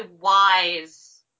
wise